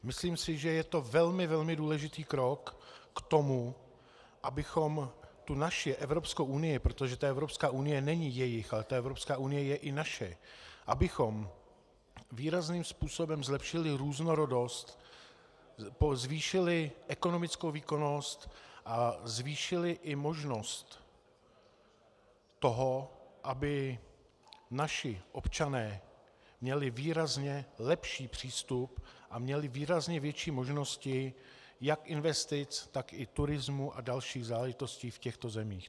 Myslím si, že je to velmi, velmi důležitý krok k tomu, abychom tu naši Evropskou unii protože Evropská unie není jejich, ale Evropská unie je i naše abychom výrazným způsobem zlepšili různorodost, zvýšili ekonomickou výkonnost a zvýšili i možnost toho, aby naši občané měli výrazně lepší přístup a měli výrazně větší možnosti jak investic, tak i turismu a dalších záležitostí v těchto zemích.